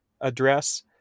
address